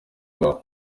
ibaho